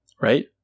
Right